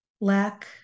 lack